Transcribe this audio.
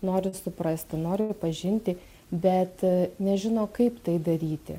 nori suprasti nori pažinti bet nežino kaip tai daryti